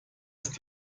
ist